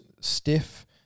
stiff